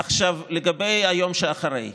עכשיו, לגבי היום שאחרי,